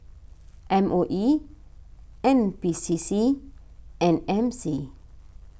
M O E N P C C and M C